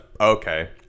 Okay